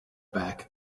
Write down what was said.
back